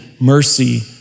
mercy